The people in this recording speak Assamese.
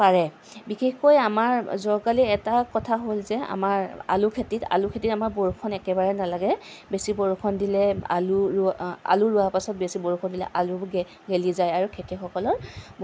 পাৰে বিশেষকৈ আমাৰ জহকালি এটা কথা হ'ল যে আমাৰ আলু খেতিত আলু খেতিত আমাৰ বৰষুণ একেবাৰেই নালাগে বেছি বৰষুণ দিলে আলু ৰোৱাৰ আলু ৰোৱাৰ পাছত আলুটো গে গেলি যায় আৰু খেতিয়কসকলৰ